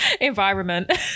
Environment